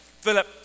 Philip